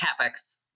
CapEx